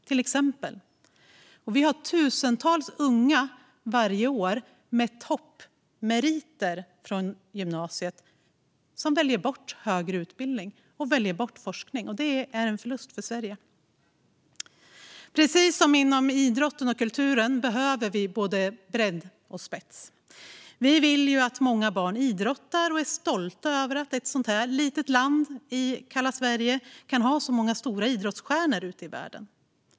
Varje år är det tusentals unga med toppmeriter från gymnasiet som väljer bort högre utbildning och forskning. Det är en förlust för Sverige. Precis som inom idrotten och kulturen behöver vi både bredd och spets. Vi vill att många barn idrottar, och vi är stolta över att ett så litet land som kalla Sverige kan ha så många stora idrottsstjärnor ute i världen.